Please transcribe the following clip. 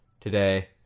today